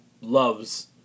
loves